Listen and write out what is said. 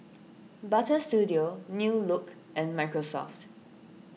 Butter Studio New Look and Microsoft